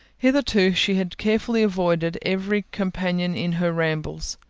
hitherto she had carefully avoided every companion in her rambles.